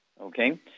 okay